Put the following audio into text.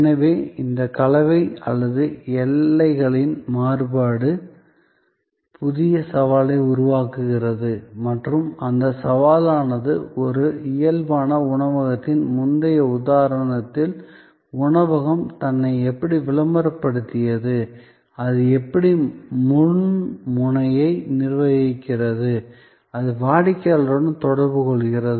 எனவே இந்த கலவை அல்லது எல்லைகளின் மாறுபாடு புதிய சவாலை உருவாக்குகிறது மற்றும் அந்த சவாலானதுஒரு இயல்பான உணவகத்தின் முந்தைய உதாரணத்தில்உணவகம் தன்னை எப்படி விளம்பரப்படுத்தியது அது எப்படி முன் முனையை நிர்வகிக்கிறது அது வாடிக்கையாளருடன் தொடர்பு கொள்கிறது